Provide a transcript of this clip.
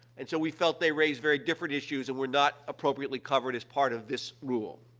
and so, we felt they raised very different issues and were not appropriately covered as part of this rule.